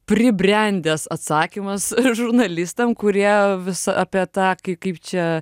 pribrendęs atsakymas žurnalistam kurie vis apie tą kai kaip čia